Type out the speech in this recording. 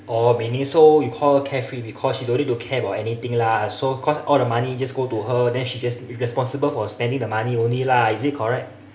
oh meaning so you call her carefree because she don't need to care about anything lah so cause all the money just go to her then she just be responsible for spending the money only lah is it correct